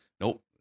Nope